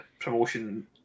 promotion